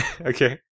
Okay